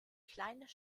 kleines